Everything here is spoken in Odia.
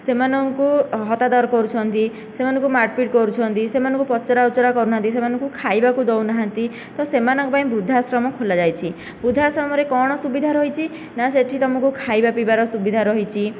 ସେମାନଙ୍କୁ ହତାଦର କରୁଛନ୍ତି ସେମାନଙ୍କୁ ମାରପିଟ କରୁଛନ୍ତି ସେମାନଙ୍କୁ ପଚାରଉଚୁରା କରୁନାହାନ୍ତି ସେମାନଙ୍କୁ ଖାଇବାକୁ ଦଉନାହାନ୍ତି ତ ସେମାନଙ୍କ ପାଇଁ ଵୃଦ୍ଧାଶ୍ରମ ଖୋଲା ଯାଇଛି ଵୃଦ୍ଧାଶ୍ରମରେ କ'ଣ ସୁବିଧା ରହିଛି ନା ସେଇଠି ସେମାନଙ୍କୁ ଖାଇବା ପିଇବାର ସୁବିଧା ରହିଛି